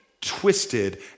twisted